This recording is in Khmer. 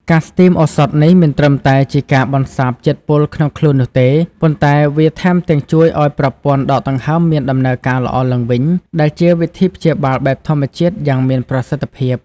ការស្ទីមឱសថនេះមិនត្រឹមតែជាការបន្សាបជាតិពុលក្នុងខ្លួននោះទេ ប៉ុន្តែវាថែមទាំងជួយឲ្យប្រព័ន្ធដកដង្ហើមមានដំណើរការល្អឡើងវិញ ដែលជាវិធីព្យាបាលបែបធម្មជាតិយ៉ាងមានប្រសិទ្ធភាព។